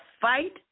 fight